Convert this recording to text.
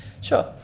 sure